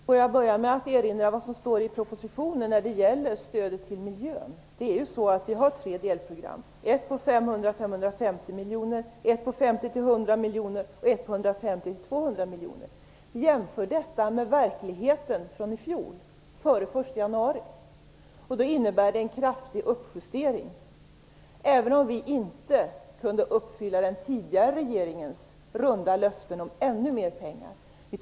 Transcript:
Fru talman! Får jag börja med att erinra om vad som står i propositionen när det gäller stödet till miljön. Vi har tre delprogram: ett på 500-550 miljoner, ett på 50-100 miljoner och ett på 150-200 miljoner. Jämför detta med verkligheten i fjol, före den 1 januari 1995. Det innebär då en kraftig uppjustering, även om vi inte kunde uppfylla den tidigare regeringens runda löften om ännu mera pengar.